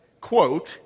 Quote